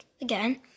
again